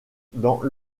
dans